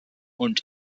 und